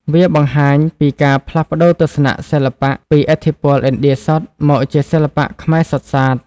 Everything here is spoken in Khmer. វាបង្ហាញពីការផ្លាស់ប្តូរទស្សនៈសិល្បៈពីឥទ្ធិពលឥណ្ឌាសុទ្ធ មកជាសិល្បៈខ្មែរសុទ្ធសាធ។